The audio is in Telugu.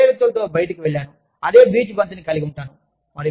మరియునేను అదే వ్యక్తులతో బయటికి వెళ్తాను అదే బీచ్ బంతిని కలిగి ఉంటాను